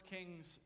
Kings